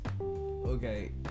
Okay